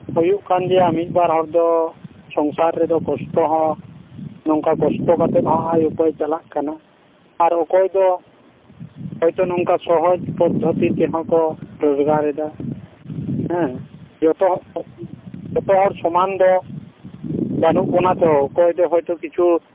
ᱦᱩᱭᱩᱜ ᱠᱟᱱ ᱜᱮᱭᱟ ᱢᱤᱫ ᱵᱟᱨ ᱦᱚᱲ ᱫᱚ ᱥᱚᱝᱥᱟᱨ ᱨᱮᱫᱚ ᱠᱚᱥᱴᱚ ᱦᱚᱸ ᱱᱚᱝᱠᱟ ᱠᱚᱥᱴᱚ ᱠᱟᱛᱮ ᱦᱚᱸ ᱟᱭᱼᱩᱯᱟᱹᱭ ᱪᱟᱞᱟᱜ ᱠᱟᱱᱟ ᱟᱨ ᱚᱠᱚᱭ ᱫᱚ ᱦᱳᱭᱛᱳ ᱱᱚᱝᱟ ᱥᱚᱦᱚᱡ ᱯᱚᱫᱽᱫᱷᱚᱛᱤ ᱛᱮᱦᱚᱸ ᱠᱚ ᱨᱳᱡᱽᱜᱟᱨᱮᱫᱟ ᱦᱮᱸ ᱡᱚᱛᱚᱦᱚᱲ ᱡᱚᱛᱚᱦᱚᱲ ᱥᱚᱢᱟᱱ ᱫᱚ ᱵᱟᱱᱩᱜ ᱵᱚᱱᱟᱛᱚ ᱚᱠᱚᱭ ᱫᱚ ᱦᱳᱭᱛᱳ ᱠᱤᱪᱷᱩ